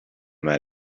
that